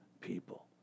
people